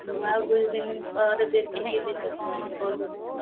ମୁଁ ଆଉ ଦୁଇ ଦିନ ପରେ ଦେଖିକି ଯିବି କ'ଣ କହିବି ଆଉ